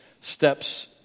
steps